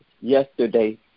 yesterday